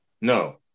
No